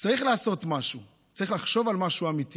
צריך לעשות משהו, צריך לחשוב על משהו אמיתי